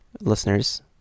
listeners